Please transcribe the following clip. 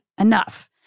enough